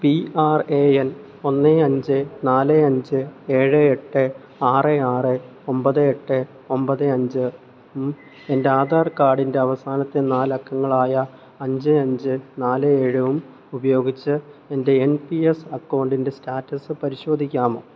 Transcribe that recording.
P R A N ഒന്ന് അഞ്ച് നാല് അഞ്ച് ഏഴ് എട്ട് ആറ് ആറ് ഒമ്പത് എട്ട് ഒമ്പത് അഞ്ച് എൻ്റെ ആധാർ കാർഡിൻ്റെ അവസാനത്തെ നാലക്കങ്ങളായ അഞ്ച് അഞ്ച് നാല് ഏഴും ഉപയോഗിച്ച് എൻ്റെ എൻ പി എസ് അക്കൗണ്ടിൻ്റെ സ്റ്റാറ്റസ് പരിശോധിക്കാമോ